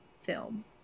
film